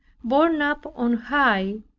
borne up on high,